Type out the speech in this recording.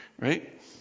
right